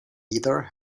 either